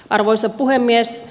arvoisa puhemies